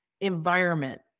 environment